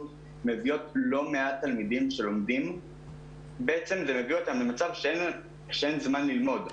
מביאה לא מעט תלמידים שלומדים למצב שאין זמן ללמוד.